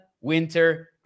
Winter